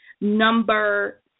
Number